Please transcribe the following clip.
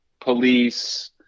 police